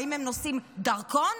האם הם נושאים דרכון?